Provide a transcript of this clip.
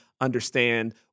understand